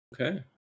okay